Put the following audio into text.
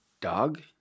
dog